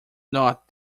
not